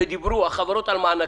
כשהחברות דיברו על מענקים,